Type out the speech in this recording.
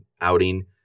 outing